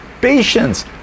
patience